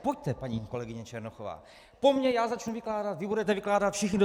Pojďte, paní kolegyně Černochová, po mně, já začnu vykládat, vy budete vykládat, všichni do toho.